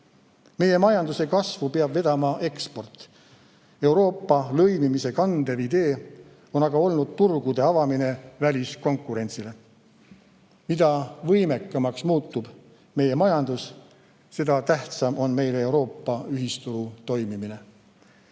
Meie majanduse kasvu peab vedama eksport. Euroopa lõimimise kandev idee on aga olnud turgude avamine väliskonkurentsile. Mida võimekamaks muutub meie majandus, seda tähtsam on meile Euroopa ühisturu toimimine.